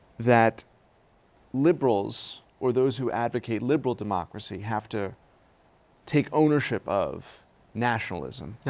that liberals, or those who advocate liberal democracy have to take ownership of nationalism. yeah